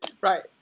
right